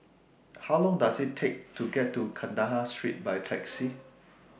How Long Does IT Take to get to Kandahar Street By Taxi